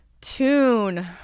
Tune